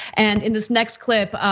and in this next clip,